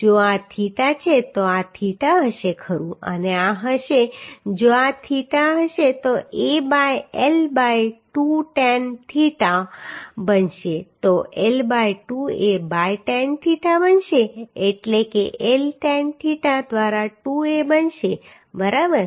જો આ થીટા છે તો આ થીટા હશે ખરું અને આ હશે જો આ થીટા હશે તો a by L by 2 tan theta બનશે તો L by 2 a by tan theta બનશે એટલે કે L ટૅન થીટા દ્વારા 2a બનશે બરાબર